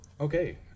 Okay